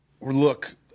look